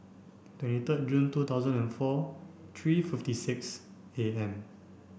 twenty third June two thousand and four three fifty six A M